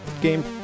game